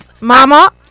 mama